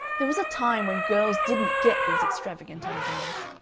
there was a time when girls didn't get these extravagant ideas.